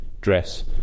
dress